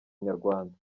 inyarwanda